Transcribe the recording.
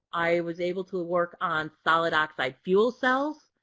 i was able to work on solid oxide fuel cells.